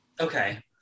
okay